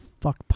Fuck